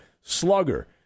slugger